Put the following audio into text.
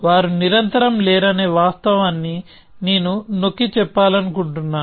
వారు నిరంతరం లేరనే వాస్తవాన్ని నేను నొక్కి చెప్పాలనుకుంటున్నాను